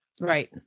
Right